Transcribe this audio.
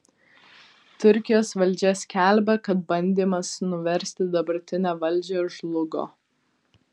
turkijos valdžia skelbia kad bandymas nuversti dabartinę valdžią žlugo